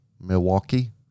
Milwaukee